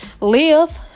live